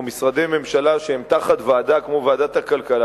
משרדי ממשלה שהם תחת ועדה כמו ועדת הכלכלה.